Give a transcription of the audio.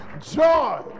Joy